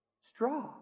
straw